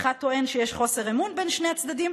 אחד טוען שיש חוסר אמון בין שני הצדדים,